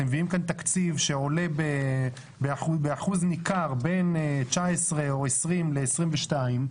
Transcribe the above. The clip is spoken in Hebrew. אתם מביאים כאן תקציב שעולה באחוז ניכר בין 2019 או 2020 ל-2022,